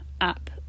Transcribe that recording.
app